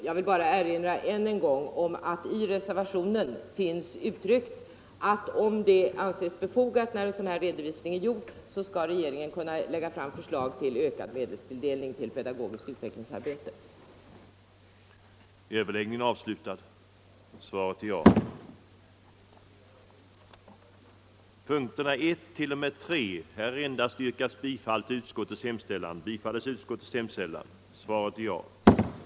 Jag vill än en gång erinra om att i reservationen finns uttryckt att regeringen skall kunna lägga fram förslag om ökad medelstilldelning till pedagogiskt utvecklingsarbete, om detta anses befogat när redovisningen är gjord.